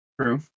True